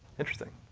interesting.